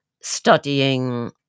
studying